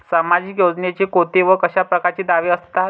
सामाजिक योजनेचे कोंते व कशा परकारचे दावे असतात?